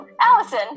Allison